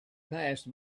passed